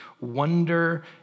wonder